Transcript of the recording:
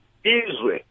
Israel